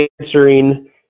answering